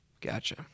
Gotcha